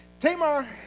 Tamar